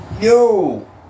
Yo